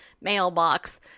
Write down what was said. mailbox